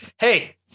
Hey